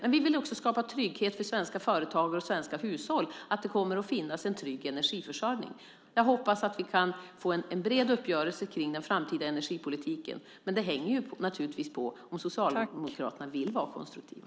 Men vi vill också skapa trygghet för svenska företagare och svenska hushåll genom att det kommer att finnas en trygg energiförsörjning. Jag hoppas att vi kan få en bred uppgörelse kring den framtida energipolitiken. Men det hänger naturligtvis på om Socialdemokraterna vill vara konstruktiva.